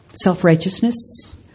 self-righteousness